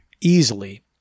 easily